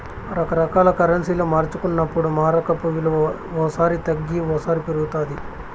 రకరకాల కరెన్సీలు మార్చుకున్నప్పుడు మారకపు విలువ ఓ సారి తగ్గి ఓసారి పెరుగుతాది